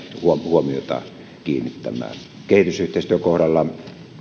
huomiota kiinnittämään kehitysyhteistyön kohdalla